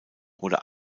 oder